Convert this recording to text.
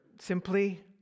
simply